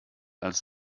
als